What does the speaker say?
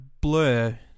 blur